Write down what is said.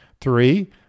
Three